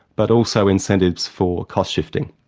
but also incentives for cost shifting.